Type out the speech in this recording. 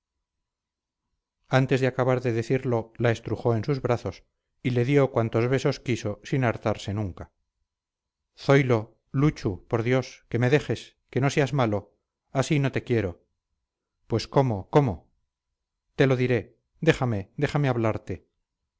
antes de acabar de decirlo la estrujó en sus brazos y le dio cuantos besos quiso sin hartarse nunca zoilo luchu por dios que me dejes que no seas malo así no te quiero pues cómo cómo te lo diré déjame déjame hablarte